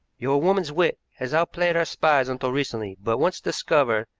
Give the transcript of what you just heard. your woman's wit has outplayed our spies until recently, but, once discovered,